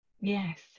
Yes